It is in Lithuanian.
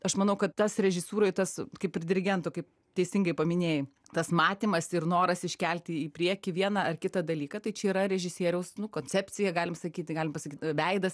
aš manau kad tas režisūroj tas kaip ir dirigento kaip teisingai paminėjai tas matymas ir noras iškelti į priekį vieną ar kitą dalyką tai čia yra režisieriaus nu koncepcija galim sakyti galim pasakyt veidas